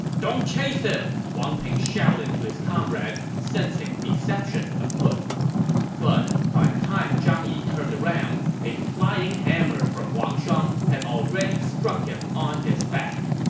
don't chase him! wang ping shouted to his comrade, sensing deception afoot but by the time zhang yi turned around, a flying hammer from wang shuang had already struck him on his back.